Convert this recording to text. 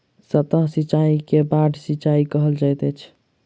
सतह सिचाई के बाढ़ सिचाई कहल जाइत अछि